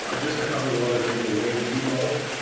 ah just a couple of other people, wayne thiebaud.